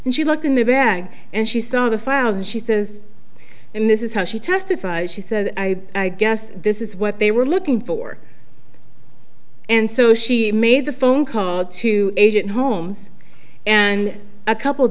and she looked in the bag and she saw the files and she says and this is how she testified she said i guess this is what they were looking for and so she made the phone call to agent holmes and a couple